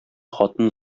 хатын